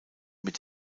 mit